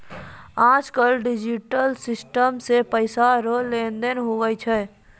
आज कल digital system से पैसा रो लेन देन हुवै छै